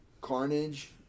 carnage